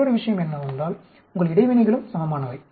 மற்றொரு விஷயம் என்னவென்றால் உங்கள் இடைவினைகளும் சமமானவை